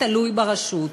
תלוי ברשות.